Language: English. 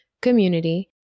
community